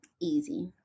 easy